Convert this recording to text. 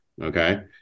Okay